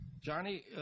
Johnny